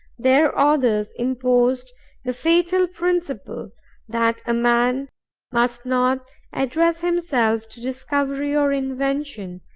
their authors imposed the fatal principle that a man must not address himself to discovery or invention,